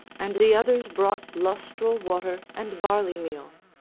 and the others brought lustral water and barley meal,